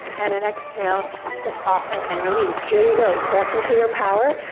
and an exhale to soften and release. here we go, press into your power.